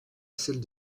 celles